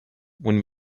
when